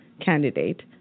candidate